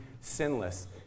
sinless